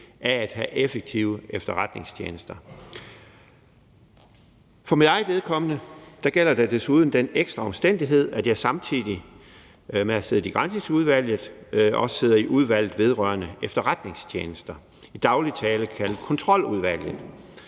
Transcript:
af at have effektive efterretningstjenester. For mit eget vedkommende gælder der desuden den ekstra omstændighed, at jeg samtidig med at sidde i Granskningsudvalget også sidder i Udvalget vedrørende Efterretningstjenesterne, i daglig tale kaldet Kontroludvalget